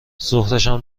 ظهرشم